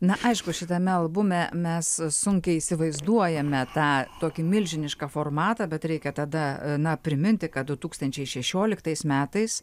na aišku šitame albume mes sunkiai įsivaizduojame tą tokį milžinišką formatą bet reikia tada na priminti kad du tūkstančiai šešioliktais metais